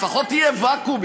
לפחות יהיה ואקום,